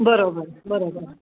बरोबर बरोबर